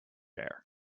air